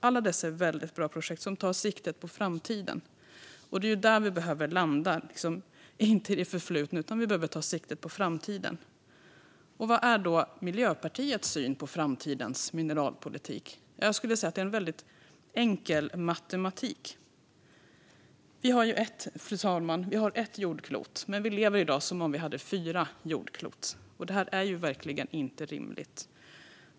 Alla dessa är väldigt bra projekt som tar sikte på framtiden. Det är där vi behöver landa, inte i det förflutna. Vad är då Miljöpartiets syn på framtidens mineralpolitik? Jag skulle säga att det är enkel matematik. Vi har ett jordklot, fru talman, men vi lever i dag som om vi hade fyra. Det är verkligen inte rimligt.